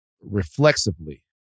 reflexively